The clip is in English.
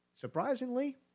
Surprisingly